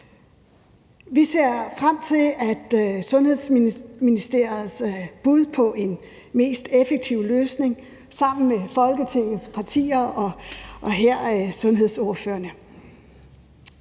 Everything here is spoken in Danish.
Vi ser frem til Sundhedsministeriets bud på den mest effektive løsning sammen med Folketingets partier, herunder sundhedsordførerne.